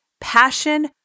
passion